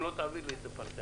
אם לא, תעביר לי את זה פרטנית.